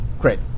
Great